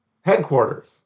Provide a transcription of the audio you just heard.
headquarters